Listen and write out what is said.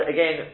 Again